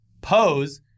Pose